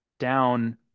down